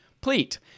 Pleat